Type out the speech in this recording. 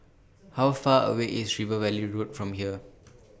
How Far away IS River Valley Road from here